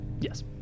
Yes